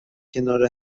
کنار